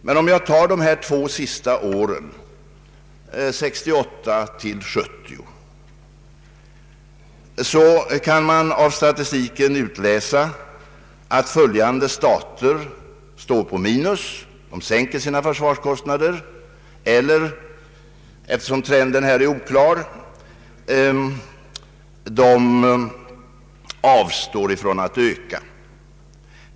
Men av statistiken under de två senaste åren, 1968—1969, kan man utläsa att några stater står på minus, de sänker sina försvarskostnader eller avstår från att öka.